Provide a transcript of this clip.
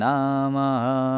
Namaha